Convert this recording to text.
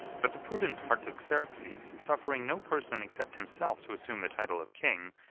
but the prudent artaxerxes suffering no person except himself to assume the title of king,